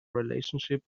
relationship